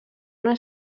una